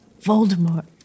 Voldemort